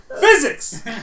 Physics